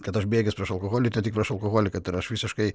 kad aš bejėgis prieš alkoholį tik prieš alkoholį kad aš visiškai